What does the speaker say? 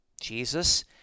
Jesus